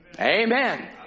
Amen